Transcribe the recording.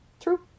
true